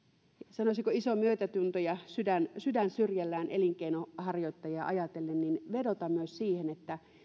sanoisinko iso myötätunto ja sydän sydän syrjällään elinkeinonharjoittajia ajatellessa vedota myös siihen että